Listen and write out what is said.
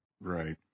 Right